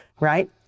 Right